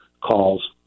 calls